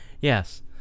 Yes